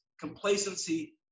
complacency